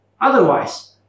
Otherwise